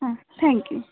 হ্যাঁ thank you